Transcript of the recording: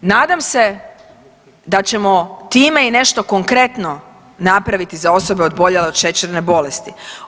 Nadam se da ćemo time i nešto konkretno napraviti za osobe oboljele od šećerne bolesti.